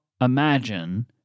imagine